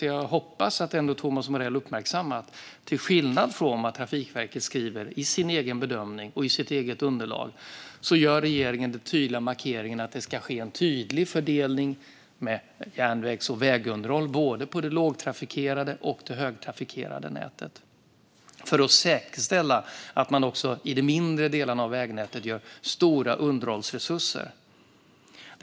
Jag hoppas att Thomas Morell har uppmärksammat att regeringen, till skillnad från vad Trafikverket skriver i sin egen bedömning och sitt eget underlag, gör den tydliga markeringen att det ska ske en tydlig fördelning av järnvägs och vägunderhåll på både det lågtrafikerade och det högtrafikerade nätet, för att säkerställa att också de mindre delarna av vägnätet får stora underhållsresurser.